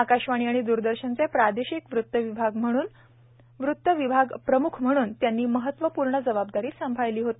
आकाशवाणी आणि दूरदर्शनचे प्रादेशिक वृत्तविभाग प्रम्ख म्हणून त्यांनी महत्वपूर्ण जबाबदारी सांभाळली होती